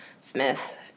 Smith